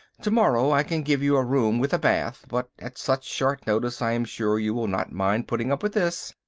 to-morrow i can give you a room with a bath, but at such short notice i am sure you will not mind putting up with this.